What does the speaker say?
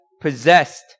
possessed